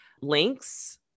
links